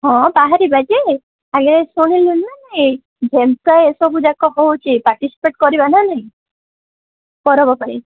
ହଁ ବାହାରିବା ଯେ ଆଗେ ଶୁଣିଲୁଣିନା ନାହିଁ ଯେମିତି ଏସବୁ ଯାକ ହେଉଛି ପାର୍ଟିସିପେଟ୍ କରିବାନା ନା ନାଇଁ ପର୍ବ ପାଇଁ